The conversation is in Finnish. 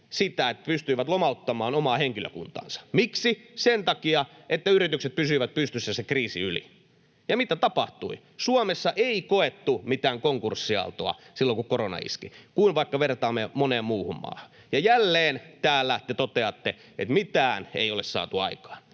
että ne pystyivät lomauttamaan omaa henkilökuntaansa. Miksi? Sen takia, että yritykset pysyivät pystyssä sen kriisin yli. Ja mitä tapahtui? Suomessa ei koettu mitään konkurssiaaltoa silloin, kun korona iski, kun vertaamme vaikka moneen muuhun maahan. Ja jälleen täällä te toteatte, että mitään ei ole saatu aikaan.